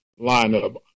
lineup